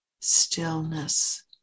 stillness